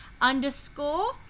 underscore